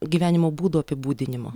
gyvenimo būdo apibūdinimu